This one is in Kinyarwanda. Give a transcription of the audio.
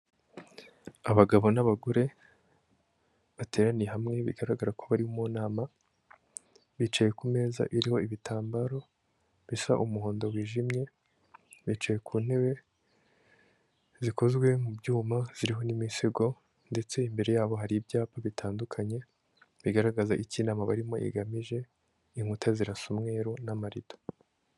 Abagabo n'abagore bateraniye hamwe, bigaragara ko bari mu nama, bicaye ku meza iriho ibitambaro bisa umuhondo wijimye, bicaye ku ntebe zikozwe mu byuma ziriho n'imisego ndetse imbere yabo hari ibyapa bitandukanye, bigaragaza icyo inama barimo igamije, inkuta zirasa umweru n'amarido.